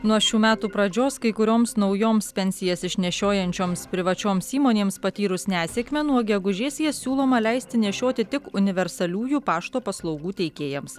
nuo šių metų pradžios kai kurioms naujoms pensijas išnešiojančioms privačioms įmonėms patyrus nesėkmę nuo gegužės jas siūloma leisti nešioti tik universaliųjų pašto paslaugų teikėjams